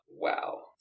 Wow